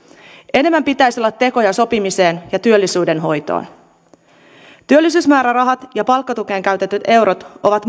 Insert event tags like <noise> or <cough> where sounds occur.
enemmän pitäisi olla tekoja sopimiseen ja työllisyyden hoitoon työllisyysmäärärahat ja palkkatukeen käytetyt eurot ovat <unintelligible>